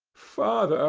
father,